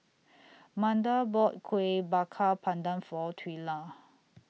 Manda bought Kueh Bakar Pandan For Twila